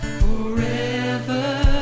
forever